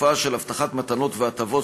התופעה של הבטחת מתנות והטבות,